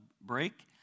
break